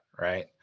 right